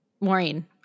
Maureen